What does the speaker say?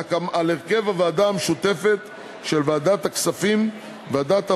על הרכב הוועדה המשותפת של ועדת הכספים וועדת העבודה,